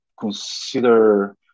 consider